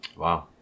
Wow